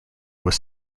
was